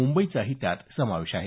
मुंबईचाही त्यात समावेश आहे